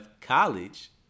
College